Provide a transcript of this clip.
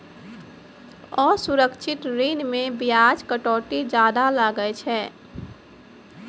असुरक्षित ऋण मे बियाज कटौती जादा लागै छै